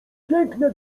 piękne